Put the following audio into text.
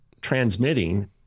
transmitting